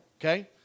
Okay